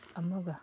ꯑꯃꯒ